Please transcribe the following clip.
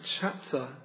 chapter